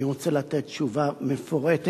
אני רוצה לתת תשובה מפורטת